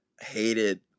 hated